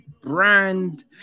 Brand